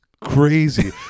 crazy